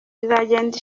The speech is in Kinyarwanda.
izagenda